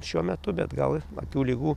šiuo metu bet gal akių ligų